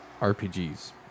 RPGs